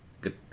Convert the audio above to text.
good